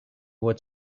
what